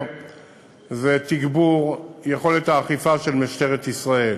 היא תגבור יכולת האכיפה של משטרת ישראל,